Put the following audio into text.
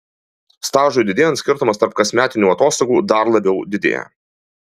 stažui didėjant skirtumas tarp kasmetinių atostogų dar labiau didėja